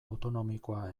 autonomikoa